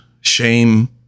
shame